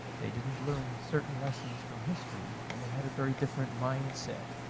they didn't learn certain lessons from history, and they had a very different mindset.